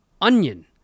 ONION